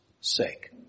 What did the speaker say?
sake